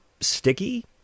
sticky